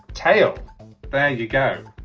tail, there you go